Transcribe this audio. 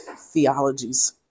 theologies